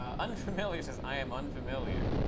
um unfamiliar says, i am unfamiliar.